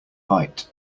byte